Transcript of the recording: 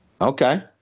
Okay